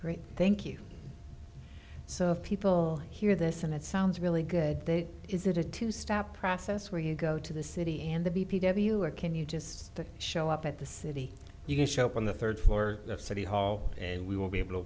great thank you so if people hear this and it sounds really good day is it a two step process where you go to the city and the b p w or can you just show up at the city you can show up on the third floor of city hall and we will be able to